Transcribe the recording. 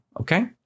Okay